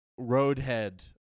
roadhead